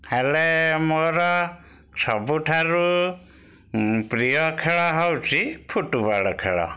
ହେଲେ ମୋର ସବୁଠାରୁ ପ୍ରିୟ ଖେଳ ହେଉଛି ଫୁଟବଲ ଖେଳ